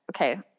okay